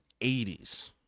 80s